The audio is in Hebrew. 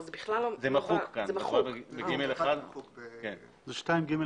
זה מחוק כאן, זה (2)(ג1).